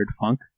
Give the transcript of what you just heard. funk